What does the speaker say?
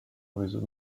réseau